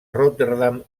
rotterdam